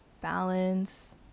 balance